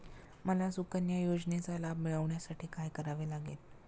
मला सुकन्या योजनेचा लाभ मिळवण्यासाठी काय करावे लागेल?